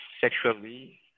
sexually